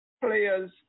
players